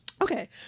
Okay